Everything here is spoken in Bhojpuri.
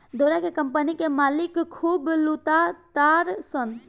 डोरा के कम्पनी के मालिक खूब लूटा तारसन